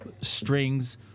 strings